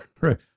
right